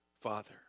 father